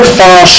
far